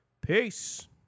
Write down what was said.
Peace